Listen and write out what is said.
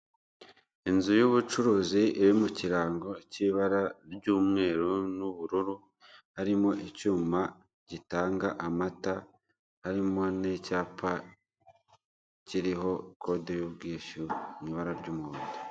Inzu y'ubucuruzi iri mu kirango cy'ibara ry'umweru n'ubururu harimo icyuma gitanga amata, harimo n'icyapa kiriho kode y'ubwishyu mu ibara ry'umuhondo.